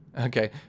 Okay